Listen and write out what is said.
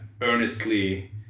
earnestly